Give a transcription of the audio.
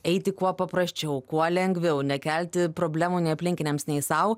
eiti kuo paprasčiau kuo lengviau nekelti problemų nei aplinkiniams nei sau